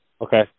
Okay